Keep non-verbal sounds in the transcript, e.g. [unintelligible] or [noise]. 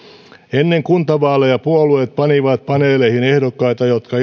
ennen kuntavaaleja puolueet panivat paneeleihin ehdokkaita jotka [unintelligible]